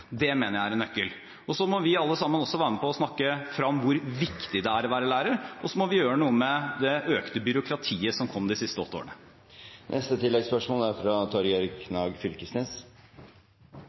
det mener jeg er en nøkkel. Så må vi alle sammen også være med på å snakke frem hvor viktig det er å være lærer. Vi må dessuten gjøre noe med det økte byråkratiet som kom de siste åtte årene. Torgeir Knag Fylkesnes – til oppfølgingsspørsmål. Eg er